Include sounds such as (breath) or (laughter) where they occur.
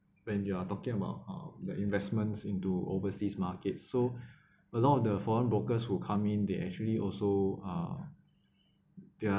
when you are talking about uh the investments into overseas markets so (breath) a lot of the foreign brokers who come in they actually also uh